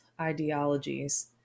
ideologies